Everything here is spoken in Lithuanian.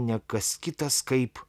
ne kas kitas kaip